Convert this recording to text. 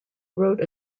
wrote